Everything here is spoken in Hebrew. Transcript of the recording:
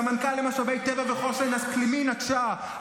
סמנכ"לית למשאבי טבע וחוסן אקלימי נטשה,